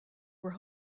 were